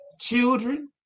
children